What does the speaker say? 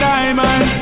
Diamond